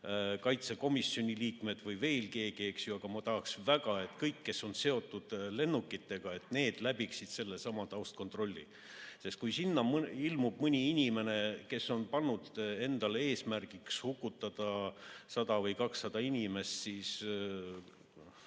[riigi]kaitsekomisjoni liikmed või veel keegi, eks ju, aga ma tahaksin väga, et kõik, kes on seotud lennukitega, läbiksid selle taustakontrolli. Kui sinna ilmub mõni inimene, kes on pannud endale eesmärgiks hukutada 100 või 200 inimest –